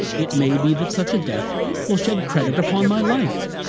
it may be that such a death will shed credit upon my life.